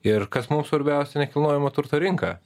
ir kas mum svarbiausia nekilnojamo turto rinka